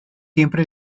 siempre